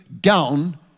down